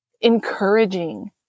encouraging